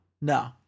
no